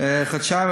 זה המשרד היחיד.